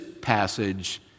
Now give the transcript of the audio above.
passage